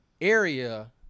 area